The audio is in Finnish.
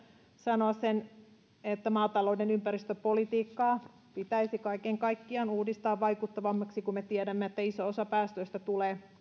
sanoa sen että maatalouden ympäristöpolitiikkaa pitäisi kaiken kaikkiaan uudistaa vaikuttavammaksi kun me tiedämme että iso osa päästöistä tulee